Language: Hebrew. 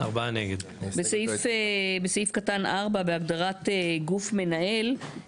אציין את המילים: "ובלבד שהוא מפוקח על פי דין";